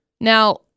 Now